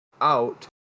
out